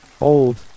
Old